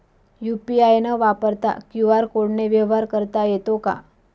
UPI न वापरता QR कोडने व्यवहार करता येतो का?